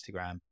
Instagram